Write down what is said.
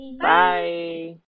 Bye